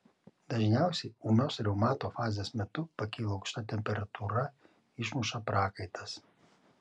dažniausiai ūmios reumato fazės metu pakyla aukšta temperatūra išmuša prakaitas